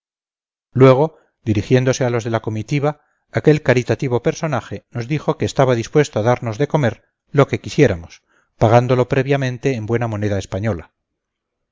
luego dirigiéndose a los de la comitiva aquel caritativo personaje nos dijo que estaba dispuesto a darnos de comer lo que quisiéramos pagándolo previamente en buena moneda española